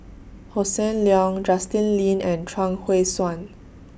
Hossan Leong Justin Lean and Chuang Hui Tsuan